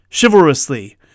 Chivalrously